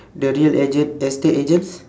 the real agent estate agents